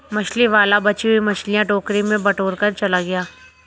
मछली वाला बची हुई मछलियां टोकरी में बटोरकर चला गया